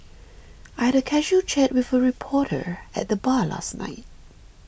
I had a casual chat with a reporter at the bar last night